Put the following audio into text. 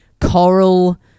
coral